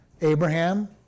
Abraham